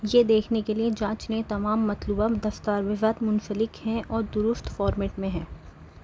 یہ دیکھنے کے لیے جانچ لیں تمام مطلوبہ دستاویزات مُنسلک ہیں اور درست فارمیٹ میں ہیں